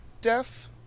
deaf